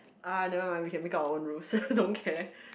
ah never mind we can make up our own rules don't care